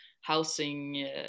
housing